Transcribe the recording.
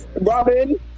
Robin